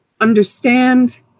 understand